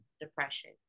depression